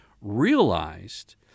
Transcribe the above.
realized